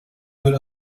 mit